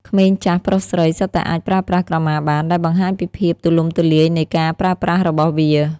ក្មេង ចាស់ ប្រុស ស្រី សុទ្ធតែអាចប្រើប្រាស់ក្រមាបាន ដែលបង្ហាញពីភាពទូលំទូលាយនៃការប្រើប្រាស់របស់វា។